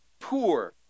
poor